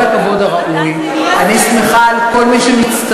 בכל הכבוד הראוי, אני שמחה על כל מי שמצטרף,